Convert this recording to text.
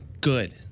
good